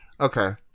Okay